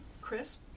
Chris